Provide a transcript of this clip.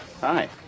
Hi